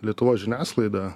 lietuvos žiniasklaida